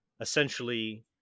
essentially